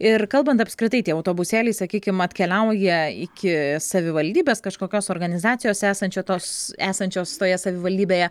ir kalbant apskritai tie autobusėliai sakykim atkeliauja iki savivaldybės kažkokios organizacijos esančio tos esančios toje savivaldybėje